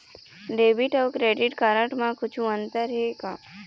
Debit अऊ credit card म कुछू अंतर हे का?